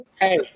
hey